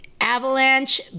Avalanche